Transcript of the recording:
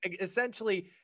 essentially